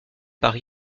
par